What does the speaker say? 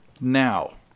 Now